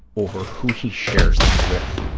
over who he shares that with,